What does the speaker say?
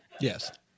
Yes